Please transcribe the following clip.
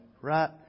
Right